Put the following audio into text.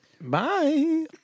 Bye